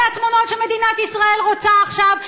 אלה התמונות שמדינת ישראל רוצה עכשיו?